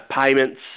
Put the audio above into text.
payments